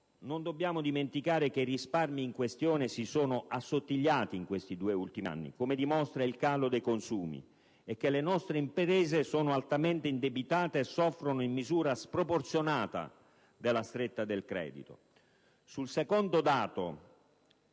non dobbiamo dimenticare che i risparmi in questione si sono assottigliati in questi due ultimi anni, come dimostra il calo dei consumi, e che le nostre imprese sono altamente indebitate e soffrono in misura sproporzionata della stretta del credito. Sul secondo dato,